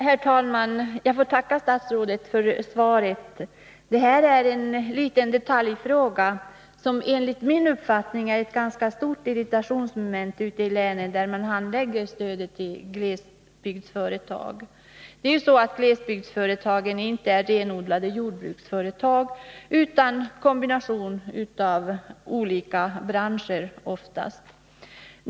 Herr talman! Jag får tacka statsrådet för svaret. Det här är en liten detaljfråga, som enligt min uppfattning är ett ganska stort irritationsmoment ute i länen, där man handlägger stödet till glesbygdsföretag. Glesbygdsföretagen är inte renodlade jordbruksföretag, utan de utgör oftast en kombination av olika branscher.